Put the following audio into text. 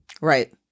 Right